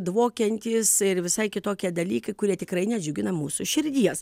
dvokiantys ir visai kitokie dalykai kurie tikrai nedžiugina mūsų širdies